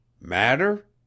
Matter